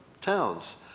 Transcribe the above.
towns